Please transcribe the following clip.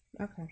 Okay